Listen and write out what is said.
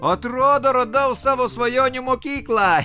atrodo radau savo svajonių mokyklą